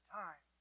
time